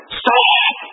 stop